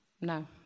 No